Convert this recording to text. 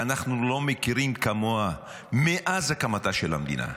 שאנחנו לא מכירים כמוה מאז הקמתה של המדינה.